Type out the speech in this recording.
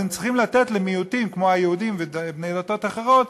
אז הם צריכים לתת למיעוטים כמו היהודים ובני דתות אחרות,